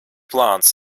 plāns